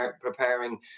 preparing